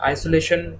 Isolation